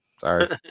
Sorry